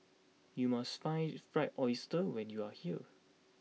you must try Fried Oyster when you are here